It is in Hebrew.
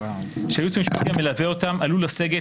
שהייעוץ המשפטי המלווה אותם עלול לסגת